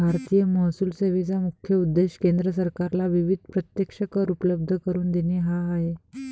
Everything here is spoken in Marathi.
भारतीय महसूल सेवेचा मुख्य उद्देश केंद्र सरकारला विविध प्रत्यक्ष कर उपलब्ध करून देणे हा आहे